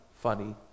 funny